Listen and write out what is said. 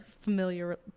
familiar